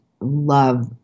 Love